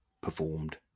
performed